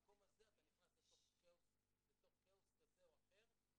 במקום הזה אתה נכנס לתוך כאוס שבו אתה